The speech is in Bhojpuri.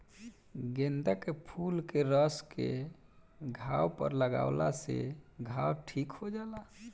गेंदा के फूल के रस के घाव पर लागावला से घाव ठीक हो जाला